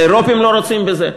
האירופים לא רוצים בזה.